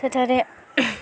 ସେଠାରେ